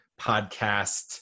podcast